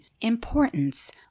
importance